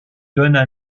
donnent